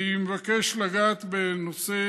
אני מבקש לגעת בנושא